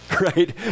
right